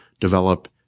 develop